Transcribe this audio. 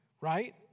right